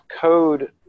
code